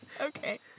okay